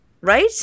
Right